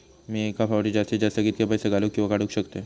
मी एका फाउटी जास्तीत जास्त कितके पैसे घालूक किवा काडूक शकतय?